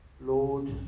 Lord